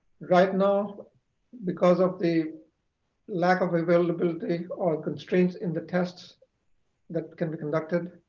right now because of the lack of availability or constraints in the tests that can be conducted,